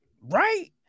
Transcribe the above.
right